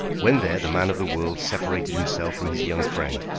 when there, the man of the world separated himself from his young friend,